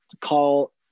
call